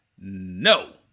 No